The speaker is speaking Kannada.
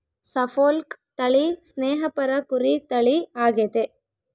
ಸಪೋಲ್ಕ್ ತಳಿ ಸ್ನೇಹಪರ ಕುರಿ ತಳಿ ಆಗೆತೆ